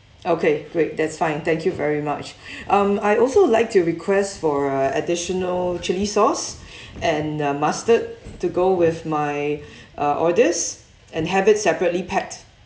okay great that's fine thank you very much um I also like to request for a additional chilli sauce and uh mustard to go with my uh orders and have it separately packed